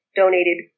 donated